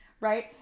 Right